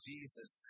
Jesus